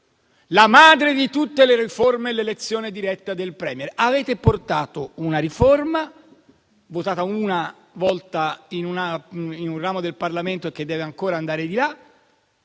la madre di tutte le riforme è l'elezione diretta del *Premier*. Avete portato una riforma, votata una volta in un ramo del Parlamento e che deve ancora andare